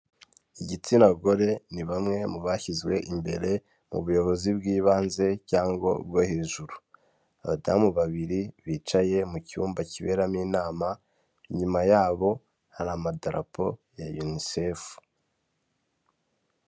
Igitsina gore ni bamwe mu bashyizwe imbere mu buyobozi bw'ibanze cyangwa bwo hejuru, abadamu babiri bicaye mu cyumba kiberamo inama inyuma y'abo hari amadarapo ya unicef.